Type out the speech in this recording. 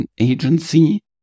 agency